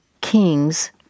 kings